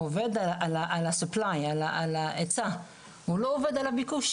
הוא עובד על ההיצע ועל הביקוש,